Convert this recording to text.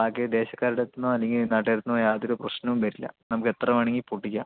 ബാക്കി ദേശകാരുടെ അടുത്തു നിന്നോ അല്ലെങ്കിൽ നാട്ടുകാരുടെ അടുത്തു നിന്നോ യാതൊരു പ്രശ്നവും വരില്ല നമുക്കു എത്ര വേണമെങ്കിലും പൊട്ടിക്കാം